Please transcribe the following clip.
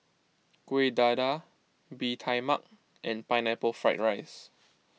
Kuih Dadar Bee Tai Mak and Pineapple Fried Rice